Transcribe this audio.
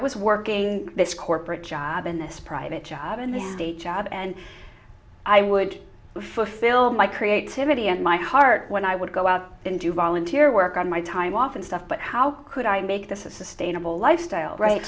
was working this corporate job in this private job in the city job and i would fulfill my creativity and my heart when i would go out and do volunteer work on my time off and stuff but how could i make this a sustainable lifestyle right